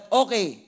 okay